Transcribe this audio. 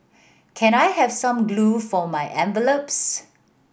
can I have some glue for my envelopes